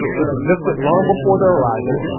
which existed long before their arrival,